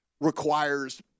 requires